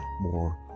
more